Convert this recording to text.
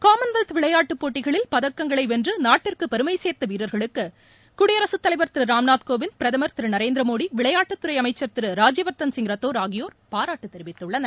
Commonwealth விளையாட்டுப் போட்டிகளில் பதக்கங்களை வென்று நாட்டிற்கு பெருமை சேர்த்த வீரர்களுக்கு குடியரசுத் தலைவர் திரு ராம்நாத் கோவிந்த் பிரதமர் திரு நரேந்திர மோடி விளையாட்டுத் துறை திரு ராஜவர்த்தன் ரத்தோர் ஆகியோர் பாராட்டு தெரிவித்துள்ளனர்